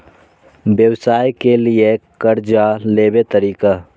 व्यवसाय के लियै कर्जा लेबे तरीका?